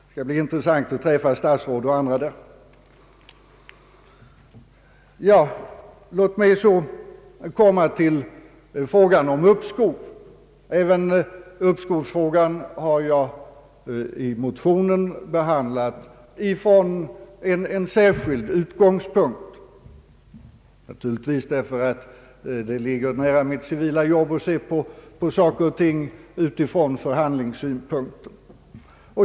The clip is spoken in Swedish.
Det skall bli intressant att träffa statsråd och andra där. Låt mig så komma till frågan om uppskov. Även denna fråga har jag i motionen behandlat från en särskild utgångspunkt, beroende på att jag är van från mitt civila arbete att bedöma saker och ting ur förhandlingssynpunkt.